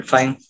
Fine